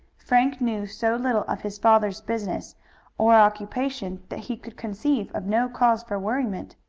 frank knew so little of his father's business or occupation that he could conceive of no cause for worriment.